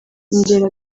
ingero